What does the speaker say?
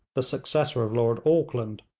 the successor of lord auckland,